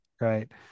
right